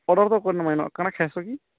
order ତ କରିନବା ହେନ୍ କାଣା ଖାଇସ୍ କି